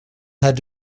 had